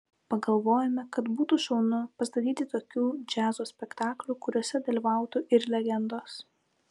pagalvojome kad būtų šaunu pastatyti tokių džiazo spektaklių kuriuose dalyvautų ir legendos